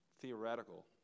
theoretical